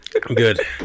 good